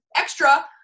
extra